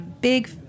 big